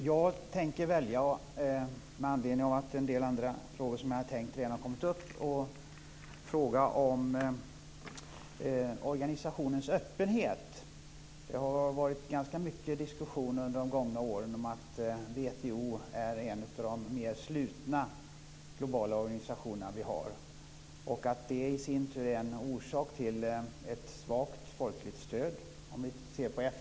Herr talman! Med anledning av att en del av de frågor som jag hade tänkt ställa redan har kommit upp, tänkte jag fråga om organisationens öppenhet. Det har varit ganska mycket diskussion under de gångna åren om att WTO är en av de mer slutna globala organisationer vi har. Det skulle i sin tur vara en orsak till ett svagt folkligt stöd.